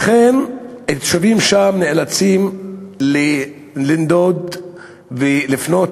לכן התושבים שם נאלצים לנדוד ולפנות